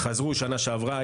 חזרו בשנה שעברה,